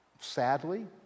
Sadly